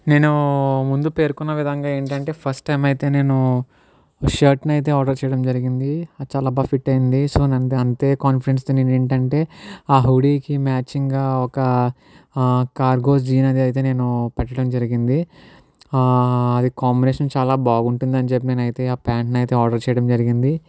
నేను ముందు పేర్కొన్న విధంగా ఏంటంటే ఫస్ట్ టైం అయితే నేను షర్ట్ అయితే ఆర్డర్ చేయడం జరిగింది అది చాలా బాగా ఫిట్ అయింది సో నంటే అంతే కాన్ఫిడెన్స్ తో నేనేంటంటే ఆ హుడ్డీ కి మ్యాచింగ్ గా ఒక కార్గోస్ జీన్స్ అయితే నేను పెట్టడం జరిగింది అది కాంబినేషన్ చాలా బాగుంటుంది అని చెప్పి నేను అయితే నేనైతే ఆ ప్యాంట్ నైతే అయితే ఆర్డర్ చేయడం జరిగింది